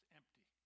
empty